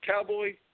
Cowboy